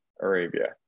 Arabia